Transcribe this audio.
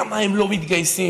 למה הם לא מתגייסים?